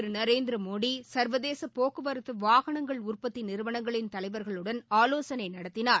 திருநரேந்திரமோடிச்வதேசபோக்குவரத்துவாகனங்கள் உற்பத்திநிறுவனங்களின் பிரதமர் தலைவர்களுடன் ஆலோசனைநடத்தினார்